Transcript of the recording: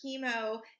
chemo